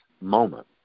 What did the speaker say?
moment